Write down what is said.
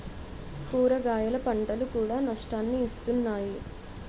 కూరగాయల పంటలు కూడా నష్టాన్ని ఇస్తున్నాయి